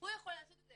הוא יכול לעשות את זה,